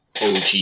OG